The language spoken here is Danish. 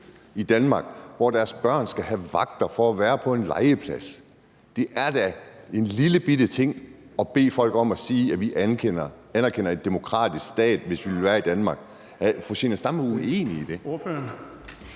i Danmark, hvis børn skal have vagter for at kunne være på en legeplads. Det er da en lillebitte ting at bede folk om at sige, at de anerkender en demokratisk stat, hvis man vil være i Danmark. Er fru Zenia Stampe uenig i det?